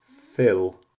Fill